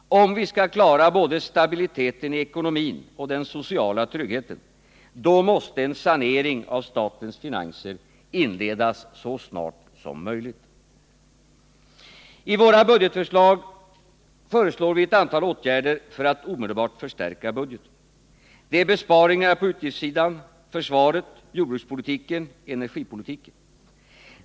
Om vi skall klara både stabiliteten i ekonomin och den sociala tryggheten, måste en planering av statens finanser inledas så snart som möjligt. I våra budgetförslag förordar vi ett antal åtgärder för att omedelbart förstärka budgeten. Det är besparingar på utgiftssidan — försvaret, jordbrukspolitiken, energipolitiken.